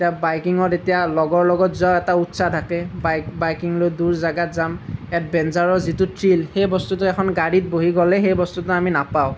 এতিয়া বাইকিঙত এতিয়া লগৰ লগত যোৱা এটা উৎসাহ থাকে বাইক বাইকিং লৈ দূৰ জেগাত যাম এডভেঞ্চাৰৰ যিটো থ্ৰিল সেই বস্তুটো এখন গাড়ীত বহি গ'লে সেই বস্তুটো আমি নাপাওঁ